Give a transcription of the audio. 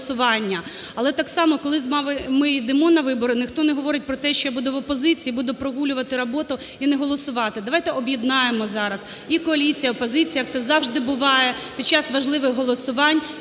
Але так само, коли ми йдемо на вибори, ніхто не говорить про те, що я буду в опозиції, буду прогулювати роботу і не голосувати. Давайте об'єднаємо зараз і коаліцію, і опозицію, як це завжди буває під час важливих голосувань,